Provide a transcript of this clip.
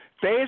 phase